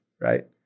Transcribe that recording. right